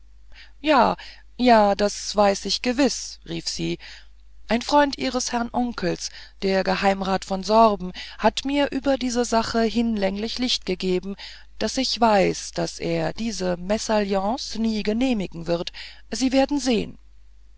ja ja das weiß ich gewiß rief sie ein freund ihres herrn onkels der geheimrat von sorben hat mir über diese sache hinlänglich licht gegeben daß ich weiß daß er diese mesalliance nie genehmigen wird sie werden es sehen